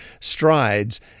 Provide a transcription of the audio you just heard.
strides